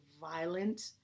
violent